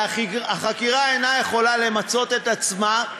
החקירה אינה יכולה למצות את עצמה,